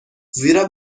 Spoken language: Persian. زیرا